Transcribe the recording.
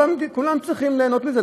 כולם צריכים ליהנות מזה,